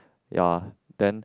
ya then